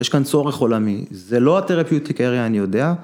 ‫יש כאן צורך עולמי. ‫זה לא הטרפיוטיקריה, אני יודע.